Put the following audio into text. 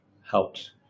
helped